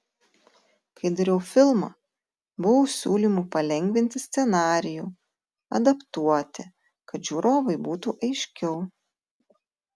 kai dariau filmą buvo siūlymų palengvinti scenarijų adaptuoti kad žiūrovui būtų aiškiau